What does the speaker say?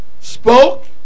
spoke